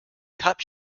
cup